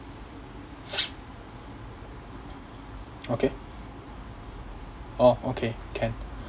okay orh okay can